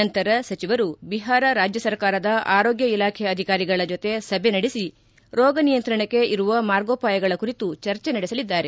ನಂತರ ಸಚಿವರು ಬಿಹಾರ ರಾಜ್ಯ ಸರ್ಕಾರದ ಆರೋಗ್ಯ ಇಲಾಖೆ ಅಧಿಕಾರಿಗಳ ಜೊತೆ ಸಭೆ ನಡೆಸಿ ರೋಗ ನಿಯಂತ್ರಣಕ್ಕೆ ಇರುವ ಮಾರ್ಗೋಪಾಯಗಳ ಕುರಿತು ಚರ್ಚೆ ನಡೆಸಲಿದ್ದಾರೆ